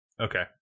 Okay